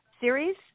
series